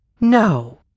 No